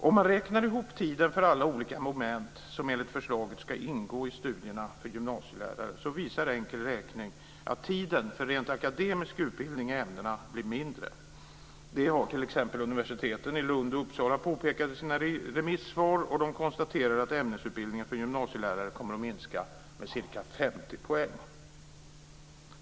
Om man räknar ihop tiden för alla olika moment som enligt förslaget ska ingå i studierna för gymnasielärare visar det att tiden för rent akademisk utbildning i ämnena blir mindre. Detta har t.ex. universiteten i Lund och Uppsala påpekat i sina remissvar, och de konstaterar att ämnesutbildningen för gymnasielärare kommer att minska med ca 50 poäng.